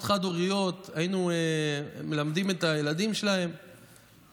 היינו מלמדים ילדים של אימהות חד-הוריות,